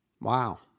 Wow